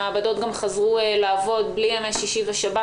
המעבדות גם חזרו לעבוד בלי ימי שישי ושבת,